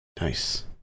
Nice